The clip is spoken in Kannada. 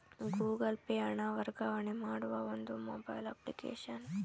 ಗೂಗಲ್ ಪೇ ಹಣ ವರ್ಗಾವಣೆ ಮಾಡುವ ಒಂದು ಮೊಬೈಲ್ ಅಪ್ಲಿಕೇಶನ್